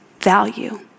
value